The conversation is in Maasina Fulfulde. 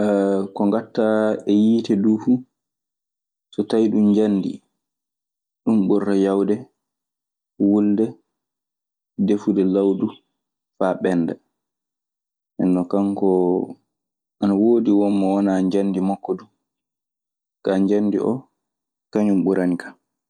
ko ngaɗta e yiite duu fu, so tawii ɗun njanndi, ɗu ɓurata yaawde wulde, defude law duu faa ɓennda. Nden non kanko ana woodi won mo wanaa njanndi makko duu. Kaa, njanndi oo kañun ɓurani kan.